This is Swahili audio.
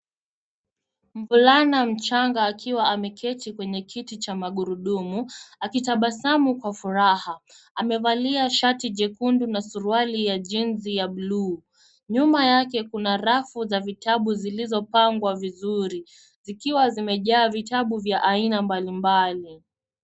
Mvulala mchanga akiwa ameketi kwenye kiti cha mgurudumu, akitabasamu kwa furaha amevalia shati jekundu na surauali ya jinsi ya buluu. Nyuma yake kuna rafu za vitabu zilizo pangwa vizuri zikiwa zimejaa vitabu vya haina mbalimbali.